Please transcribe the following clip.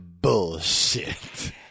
bullshit